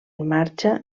marxa